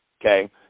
Okay